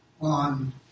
on